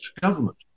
government